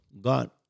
God